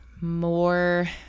more